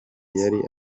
yari